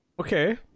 Okay